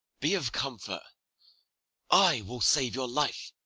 be of comfort i will save your life.